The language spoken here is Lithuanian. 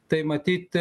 tai matyt